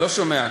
לא שומע.